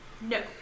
No